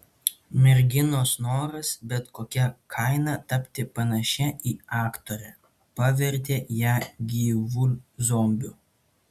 merginos noras bet kokia kaina tapti panašia į aktorę pavertė ją gyvu zombiu